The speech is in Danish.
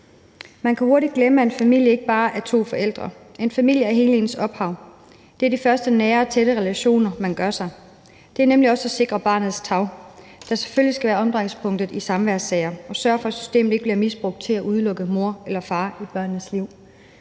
Man kan hurtigt glemme, at en familie ikke bare er to forældre. En familie er hele ens ophav, det er de første nære og tætte relationer, man får, og det er nemlig også at sikre barnets tarv, der selvfølgelig skal være omdrejningspunktet i samværssager, og sørge for, at systemet ikke bliver misbrugt til at udelukke mor eller far i børnenes liv.